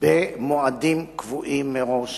במועדים קבועים מראש.